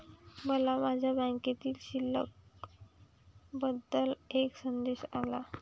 मला माझ्या बँकेतील शिल्लक बद्दल एक संदेश आला